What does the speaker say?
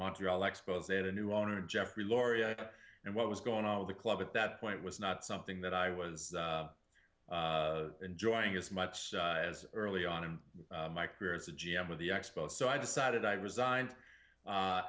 montreal expos had a new owner jeffrey loria and what was going on with the club at that point was not something that i was enjoying as much as early on in my career as a g m of the expos so i decided i'd resigned